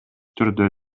түрдө